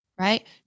right